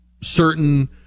certain